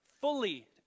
fully